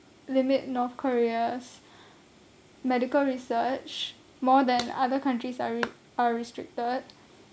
limit north korea's medical research more than other countries are re~ are restricted